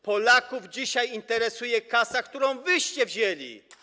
Polaków dzisiaj interesuje kasa, którą wyście wzięli.